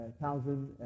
thousand